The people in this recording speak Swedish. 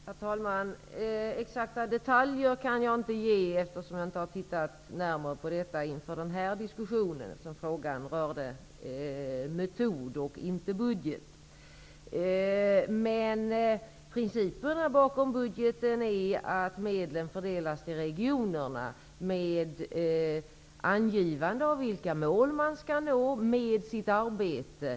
Herr talman! Exakta detaljer kan jag inte ge, eftersom jag inte tittat närmare på detta inför den här diskussionen. Interpellationen rör ju metoder, inte budgeten. Principerna när det gäller budgeten är att medlen fördelas till regionerna, med angivande av vilka mål som skall uppnås i arbetet.